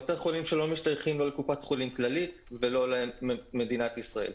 בתי חולים שלא משתייכים לא לקופת חולים כללית ולא למדינת ישראל.